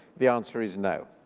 the answer is no.